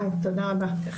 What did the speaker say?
תודה רבה.